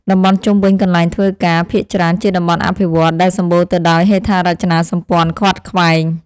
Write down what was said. តំបន់ជុំវិញកន្លែងធ្វើការភាគច្រើនជាតំបន់អភិវឌ្ឍន៍ ដែលសម្បូរទៅដោយហេដ្ឋារចនាសម្ព័ន្ធខ្វាត់ខ្វែង។